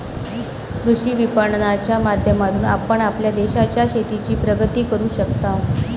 कृषी विपणनाच्या माध्यमातून आपण आपल्या देशाच्या शेतीची प्रगती करू शकताव